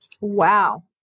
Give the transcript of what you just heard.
Wow